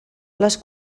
les